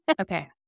Okay